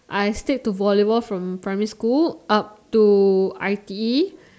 I stick to volleyball from primary school up to I_T_E